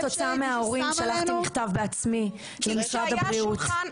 אני כתוצאה מההורים שלחתי מכתב בעצמי למשרד הבריאות.